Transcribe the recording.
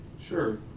Sure